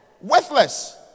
Worthless